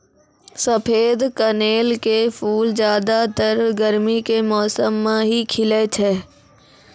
सफेद कनेल के फूल ज्यादातर गर्मी के मौसम मॅ ही खिलै छै